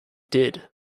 did